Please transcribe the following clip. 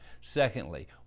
Secondly